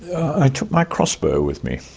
i took my crossbow with me,